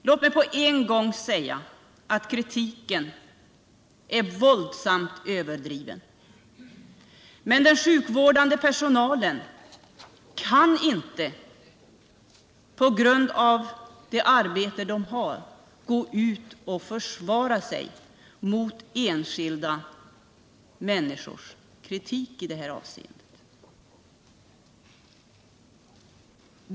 Låt mig på en gång säga att kritiken är våldsamt överdriven. Men den sjukvårdande personalen kan på grund av det arbete den har att utföra inte gå ut och försvara sig mot enskilda människors kritik i det här avseendet.